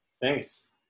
Thanks